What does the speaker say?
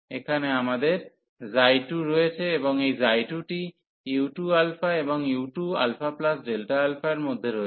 এখানে আমাদের 2 রয়েছে এবং এই 2 টি u2α এবং u2α এর মধ্যে রয়েছে